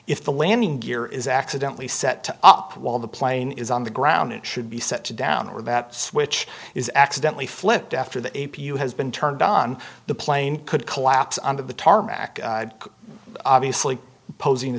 if the landing gear is accidentally set up while the plane is on the ground it should be set to down or that switch is accidentally flipped after the a p you has been turned on the plane could collapse under the tarmac obviously posing a